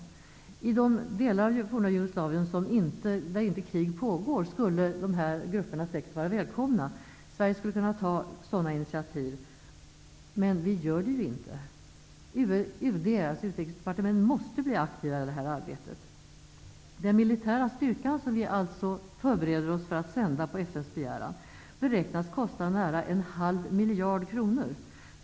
I de delar av forna Jugoslavien där krig inte pågår skulle dessa grupper säkert vara välkomna. Sverige skulle kunna ta sådana initiativ. Men det gör vi inte. UD måste bli aktivare i detta arbete! Den militära styrka som vi förbereder oss för att sända på FN:s begäran beräknas kosta nära en halv miljard kronor.